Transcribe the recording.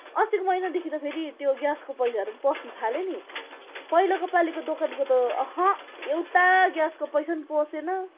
अस्तिको महिनादेखि त फेरि त्यो ग्यासको पैसाहरू पस्नु थाल्यो नि पैलाको पालिको दोकानको त अहँ एउटा ग्यासको पैसा पनि पसेन